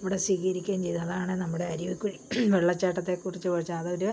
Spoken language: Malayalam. ഇവിടെ സ്വീകരിക്കുകയും ചെയ്തു അതാണ് നമ്മുടെ അരുവിക്കുഴി വെള്ളച്ചാട്ടത്തെക്കുറിച്ച് ചോദിച്ചാൽ അതൊരു